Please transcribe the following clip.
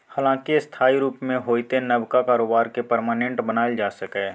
हालांकि अस्थायी रुप मे होइतो नबका कारोबार केँ परमानेंट बनाएल जा सकैए